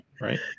right